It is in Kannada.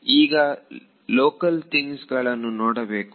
ಈಗ ಲೋಕಲ್ ತಿಂಗ್ಸ್ ಗಳನ್ನು ನೋಡಬೇಕು